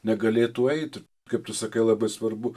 negalėtų eit kaip tu sakai labai svarbu